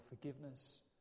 forgiveness